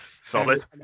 Solid